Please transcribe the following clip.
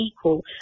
equal